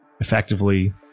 effectively